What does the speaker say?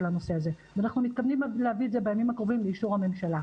הנושא הזה ואנחנו מתכוונים להביא את זה בימים הקרובים לאישור הממשלה.